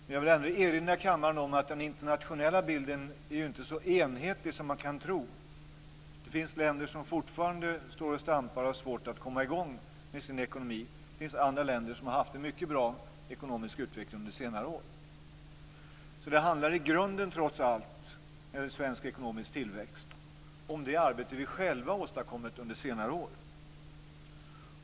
Jag vill ändå erinra kammarens ledamöter om att den internationella bilden inte är så enhetlig som man kan tro. Det finns länder som fortfarande har svårt att få i gång sina ekonomier, och det finns andra länder som har haft en mycket bra ekonomisk utveckling under senare år. Det handlar alltså när det gäller svensk ekonomisk tillväxt i grunden trots allt om det arbete som vi själva har åstadkommit under senare år.